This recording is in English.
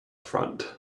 front